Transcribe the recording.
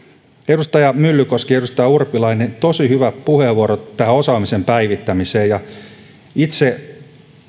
edustaja myllykoski edustaja urpilainen tosi hyvät puheenvuorot tähän osaamisen päivittämiseen itse